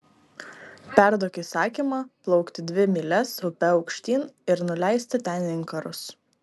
perduok įsakymą plaukti dvi mylias upe aukštyn ir nuleisti ten inkarus